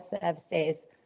services